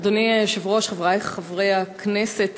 אדוני היושב-ראש, חברי חברי הכנסת,